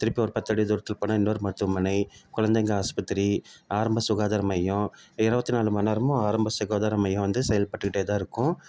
திருப்பி ஒரு பத்தடி தூரத்தில் போனால் இன்னொரு மருத்துவமனை குழந்தைங்க ஆஸ்பத்திரி ஆரம்ப சுகாதார மையம் இருபத்து நாலு மணிநேரமும் ஆரம்ப சுகாதார மையம் வந்து செயல்பட்டுக்கிட்டே தான் இருக்கும்